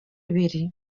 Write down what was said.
ibiri